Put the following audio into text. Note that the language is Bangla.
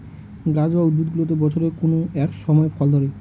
গাছ বা উদ্ভিদগুলোতে বছরের কোনো এক সময় ফল ধরে